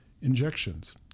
Injections